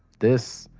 this